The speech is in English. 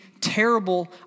terrible